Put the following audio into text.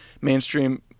mainstream